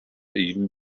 even